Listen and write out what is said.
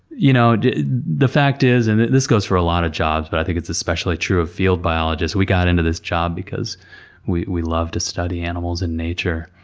you know the fact is, and this goes for a lot of jobs but i think it's especially true of field biologist, we got into this job because we we love to study animals and nature.